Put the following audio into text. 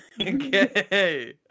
Okay